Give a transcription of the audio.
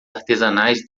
artesanais